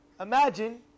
Imagine